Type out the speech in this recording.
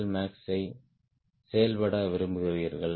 எல்மாக்ஸில் செயல்பட விரும்புகிறீர்கள்